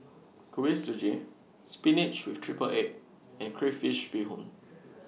Kuih Suji Spinach with Triple Egg and Crayfish Beehoon